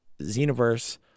Xenoverse